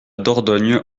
dordogne